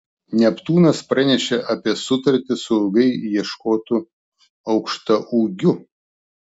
neptūnas pranešė apie sutartį su ilgai ieškotu aukštaūgiu